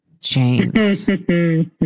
James